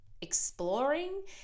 exploring